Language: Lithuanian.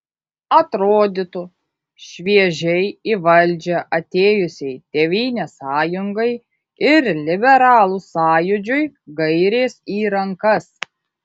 atrodytų šviežiai į valdžią atėjusiai tėvynės sąjungai ir liberalų sąjūdžiui gairės į rankas